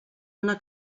una